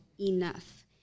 enough